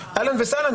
אהלן וסהלן,